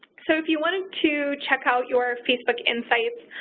so if you wanted to check out your facebook insights,